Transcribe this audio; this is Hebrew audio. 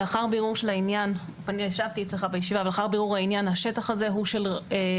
אני ישבתי אצלך בישיבה ולאחר בירור העניין השטח הזה הוא בעצם